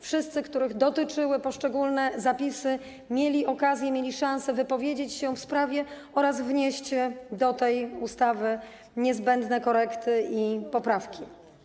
Wszyscy, których dotyczyły poszczególne zapisy, mieli okazję, mieli szansę wypowiedzieć się w sprawie oraz wnieść do tej ustawy niezbędne korekty i poprawki.